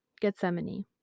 Gethsemane